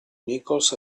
nichols